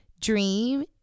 dream